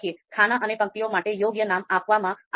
ખાના અને પંક્તિઓ માટે યોગ્ય નામ આપવામાં આવ્યા છે